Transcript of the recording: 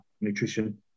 nutrition